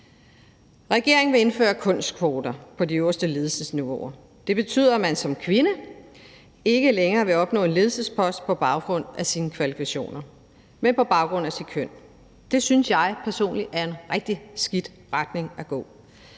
Regeringen vil indføre kønskvoter på de øverste ledelsesniveauer. Det betyder, at man som kvinde ikke længere vil opnå en ledelsespost på baggrund af sine kvalifikationer, men på baggrund af sit køn. Det synes jeg personligt er en rigtig skidt retning at gå